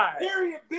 Period